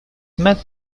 met